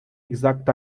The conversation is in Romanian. exact